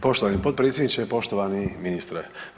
Poštovani potpredsjedniče, poštovani ministre.